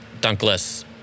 dunkless